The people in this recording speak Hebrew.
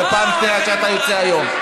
זו פעם שנייה שאתה יוצא היום.